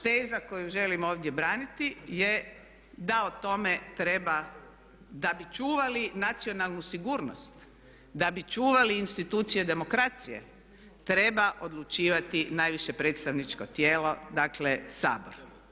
Teza koju želim ovdje braniti je da o tome treba da bi čuvali nacionalnu sigurnost, da bi čuvali institucije demokracije treba odlučivati najviše predstavničko tijelo, dakle Sabor.